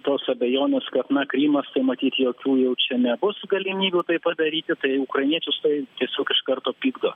tos abejonės kad na krymas tai matyt jokių jau čia nebus galimybių tai padaryti tai ukrainiečius tai tiesiog iš karto pykdo